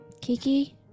Kiki